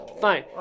Fine